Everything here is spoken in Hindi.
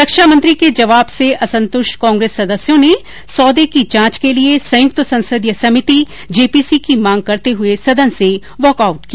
रक्षा मंत्री के जवाब से असंतुष्ट कांग्रेस सदस्यों ने सौदे की जांच के लिए संयुक्त संसदीय समिति जेपीसी की मांग करते हुए सदन से वॉकआउट किया